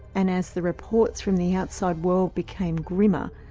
and as the reports from the outside world became grimmer,